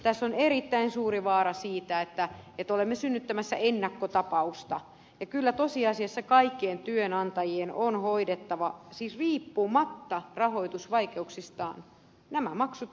tässä on erittäin suuri vaara siitä että olemme synnyttämässä ennakkotapausta ja kyllä tosiasiassa kaikkien työnantajien on hoidettava siis riippumatta rahoitusvaikeuksistaan nämä maksut